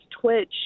twitch